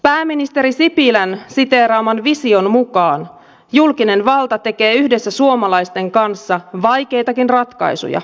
pääministeri sipilän siteeraaman vision mukaan julkinen valta tekee yhdessä suomalaisten kanssa vaikeitakin ratkaisuja yhdessä